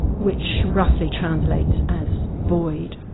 which roughly translates as void,